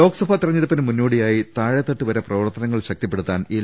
ലോക്സഭാ തെരഞ്ഞെടുപ്പിന് മുന്നോടിയായി താഴെതട്ട് വരെ പ്രവർത്ത നങ്ങൾ ശക്തിപ്പെടുത്താൻ എൽ